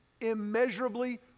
immeasurably